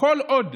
כל עוד